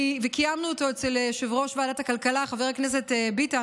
וקיימנו אותו אצל יושב-ראש ועדת הכלכלה חבר הכנסת ביטן,